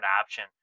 option